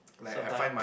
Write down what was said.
sometime